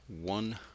one